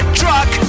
truck